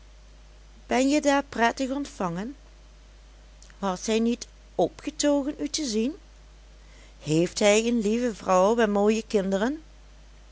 ben je daar prettig ontvangen was hij niet opgetogen u te zien heeft hij een lieve vrouw en mooie kinderen